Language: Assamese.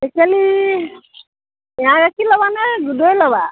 টেকেলি এৱাঁ গাখীৰ ল'বা নে দৈ ল'বা